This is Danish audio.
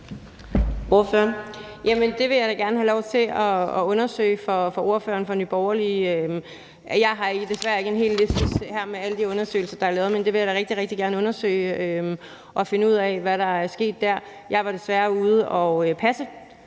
Det vil jeg da gerne have lov til at undersøge for ordføreren og for Nye Borgerlige. Jeg har desværre ikke en hel liste her med alle de undersøgelser, der er lavet, men det vil jeg da rigtig, rigtig gerne undersøge og finde ud af, altså hvad der er sket der. Jeg var desværre ude og passe